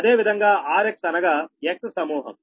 అదేవిధంగా rx అనగా x సమూహం